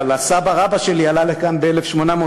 אבל סבא-רבא שלי עלה לכאן ב-1890,